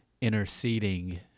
interceding